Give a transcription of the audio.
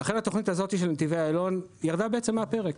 לכן התכנית הזו, של נתיבי איילון, ירדה מהפרק.